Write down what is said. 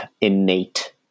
innate